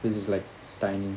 this is like tiny